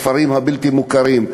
בכפרים הבלתי-מוכרים,